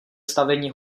stavení